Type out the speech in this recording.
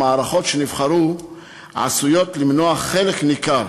המערכות שנבחרו עשויות למנוע חלק ניכר